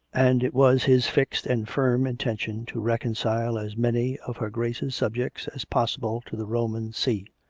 and it was his fixed and firm intention to reconcile as many of her grace's subjects as possible to the roman see.